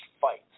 fights